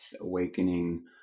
awakening